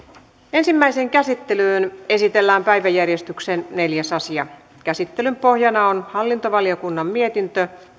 ensimmäiseen käsittelyyn esitellään päiväjärjestyksen neljäs asia käsittelyn pohjana on hallintovaliokunnan mietintö